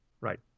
Right